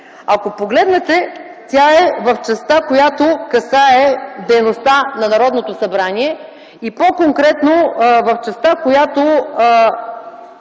Ако погледнете, тя е в частта, която касае дейността на Народното събрание и по-конкретно в частта, която